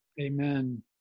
Amen